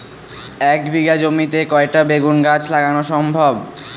এক বিঘা জমিতে কয়টা বেগুন গাছ লাগানো সম্ভব?